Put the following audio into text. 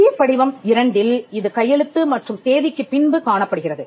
இந்திய படிவம் 2ல் இது கையெழுத்து மற்றும் தேதிக்குப் பின்பு காணப்படுகிறது